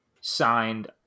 signed